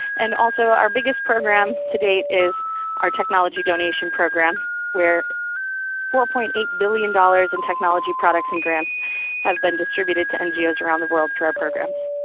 and also our biggest program to date is our technology donation program where four point eight billion dollars in technology products and grants have been distributed to ngos around the world through our programs.